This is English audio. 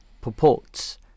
purports